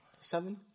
seven